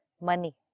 Money